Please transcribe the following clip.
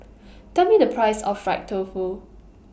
Tell Me The Price of Fried Tofu